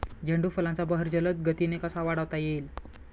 झेंडू फुलांचा बहर जलद गतीने कसा वाढवता येईल?